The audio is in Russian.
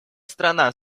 страна